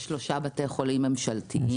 יש שלושה בתי חולים ממשלתיים,